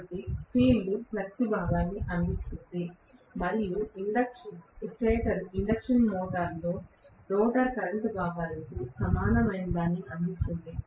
కాబట్టి field flux భాగాన్ని అందిస్తోంది మరియు స్టేటర్ ఇండక్షన్ మోటారులో రోటర్ కరెంట్ భాగాలకు సమానమైనదాన్ని అందిస్తోంది